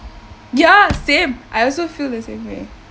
ya same I also feel the same way